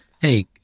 hey